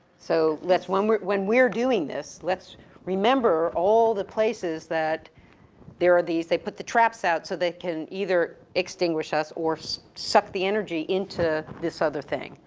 so when we're when we're doing this, let's remember all the places that there are these, they put the traps out so they can either extinguish us or so suck the energy into this other thing.